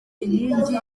inkigni